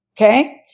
Okay